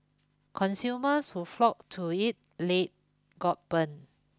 consumers who flocked to it late got burned